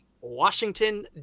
Washington